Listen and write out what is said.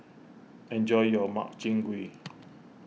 enjoy your Makchang Gui